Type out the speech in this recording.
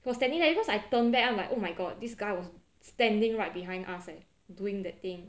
he was standing there cause I turn back I'm like oh my god this guy was standing right behind us leh doing that thing